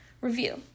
Review